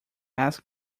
ask